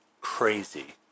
Crazy